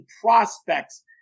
prospects